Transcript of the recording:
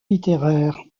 littéraire